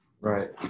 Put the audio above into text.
Right